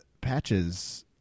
patches